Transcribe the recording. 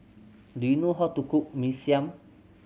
do you know how to cook Mee Siam